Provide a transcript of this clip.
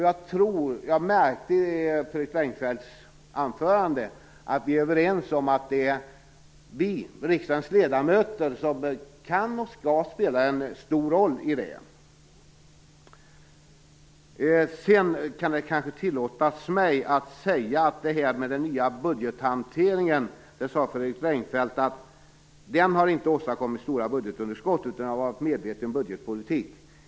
Jag märkte i Fredrik Reinfeldts anförande att vi är överens om att det är vi, riksdagens ledamöter, som kan och skall spela en stor roll i det arbetet. Det kan kanske tillåtas mig att säga något om den nya budgethanteringen. Fredrik Reinfeldt sade att den inte har åstadkommit stora budgetunderskott, utan det har varit en medveten budgetpolitik.